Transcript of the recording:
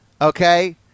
Okay